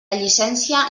llicència